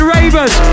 Ravers